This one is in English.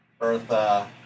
Bertha